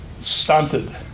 stunted